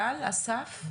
גם של התיק הספציפי,